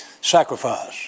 Sacrifice